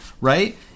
right